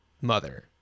mother